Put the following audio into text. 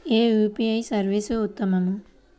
ఏ UPI service ఉత్తమము?